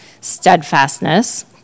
steadfastness